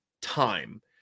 time